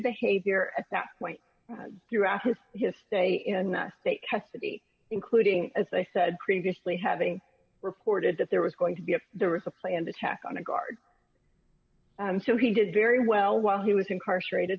behavior at that point throughout his just a in state custody including as i said previously having reported that there was going to be there was a planned attack on a guard so he did very well while he was incarcerated